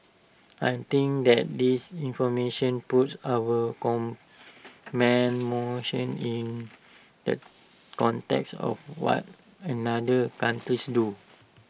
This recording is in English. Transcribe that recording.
I think that this information puts our in the context of what another countries do